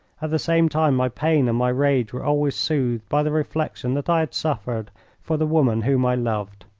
at the same time my pain and my rage were always soothed by the reflection that i had suffered for the woman whom i loved.